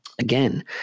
again